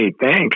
thanks